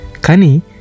Kani